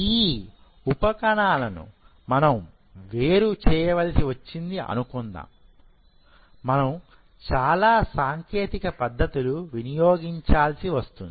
ఈ ఉపకణాలను మనం వేరు చేయవలసి వచ్చింది అనుకుందాం మనము చాలా సాంకేతిక పద్ధతులు వినియోగించాల్సి వస్తుంది